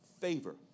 favor